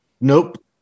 Nope